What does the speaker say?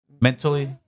mentally